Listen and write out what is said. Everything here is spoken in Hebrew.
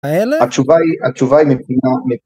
האלה התשובה היא התשובה היא מבחינה